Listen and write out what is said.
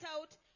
out